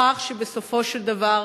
הוכח שבסופו של דבר